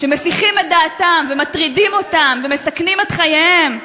שמסיחים את דעתם ומטרידים אותם ומסכנים את חייהם,